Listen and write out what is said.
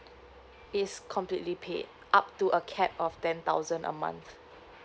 it's completely paid up to a cap of ten thousand a month